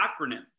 acronym